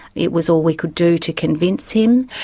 it was all we could do to convince him.